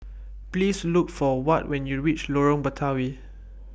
Please Look For Watt when YOU REACH Lorong Batawi